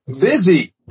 busy